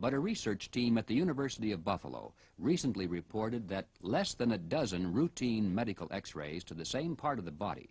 but a research team at the university of buffalo recently reported that less than a dozen routine medical x rays to the same part of the body